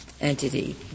entity